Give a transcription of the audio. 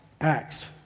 Acts